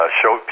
show